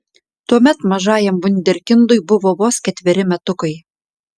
tuomet mažajam vunderkindui buvo vos ketveri metukai